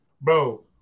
bro